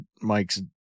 Mike's